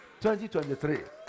2023